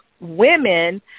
women